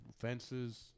Fences